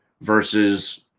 versus